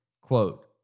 quote